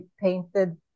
painted